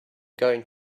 going